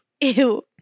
Ew